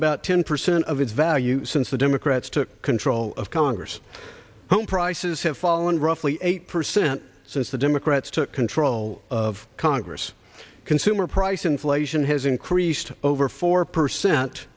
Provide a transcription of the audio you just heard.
about ten percent of its value since the democrats took control of congress home prices have fallen roughly eight percent since the democrats took control of congress consumer price inflation has increased over four percent